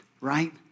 right